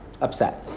Upset